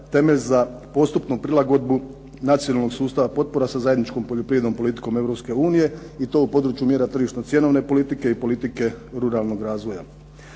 temelj za postupnu prilagodbu nacionalnog sustava potpora sa zajedničkom poljoprivrednom politikom Europske unije, i to u području tržišno cjenovne politike i politike ruralnog razvoja.